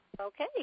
Okay